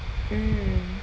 mm